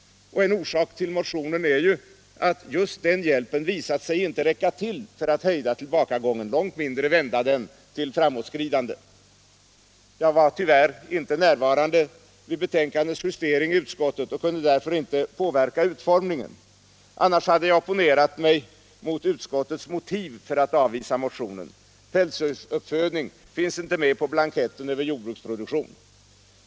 Och en orsak till motionen är ju att just den hjälpen visat sig inte räcka till för att hejda tillbakagången, långt mindre vända denna till framåtskridande. Jag var tyvärr inte närvarande vid betänkandets justering och kunde därför inte påverka utformningen. Annars hade jag opponerat mig mot utskottets motiv för att avvisa motionen: pälsdjursuppfödning finns inte med på blanketten över jordbruksproduktion.